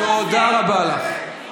תודה רבה לך.